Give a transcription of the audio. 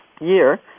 year